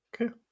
Okay